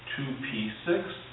2p6